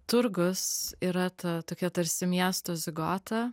turgus yra ta tokia tarsi miesto zigota